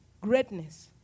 greatness